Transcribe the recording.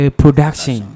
production